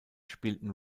spielten